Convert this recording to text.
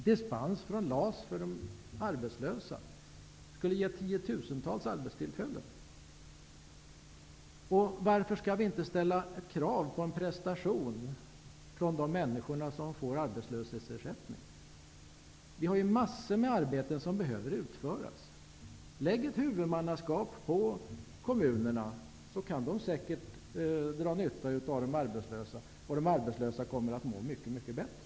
Dispens från LAS för de arbetslösa skulle ge tiotusentals arbetstillfällen. Varför skall vi inte ställa krav på en prestation från de människor som får arbetslöshetsersättning? Vi har ju massor med arbeten som behöver utföras. Lägg ett huvudmannaskap på kommunerna, så kan de säkert dra nytta av de arbetslösa, och de arbetslösa kommer att må mycket mycket bättre.